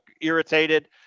irritated